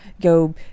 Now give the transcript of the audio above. go